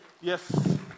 Yes